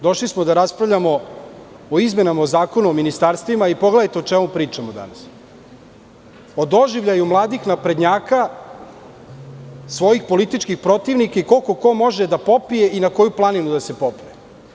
Došli smo da raspravljamo o izmenama o Zakonu o ministarstvima a pogledajte o čemu pričamo danas – o doživljaju mladih naprednjaka, svojih političkih protivnika, koliko ko može da popije i na koju planinu da se popne?